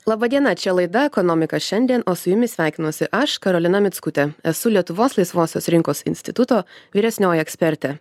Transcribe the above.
laba diena čia laida ekonomika šiandien o su jumis sveikinuosi aš karolina mickutė esu lietuvos laisvosios rinkos instituto vyresnioji ekspertė